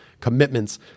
commitments